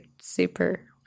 super